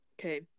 okay